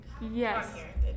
Yes